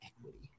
equity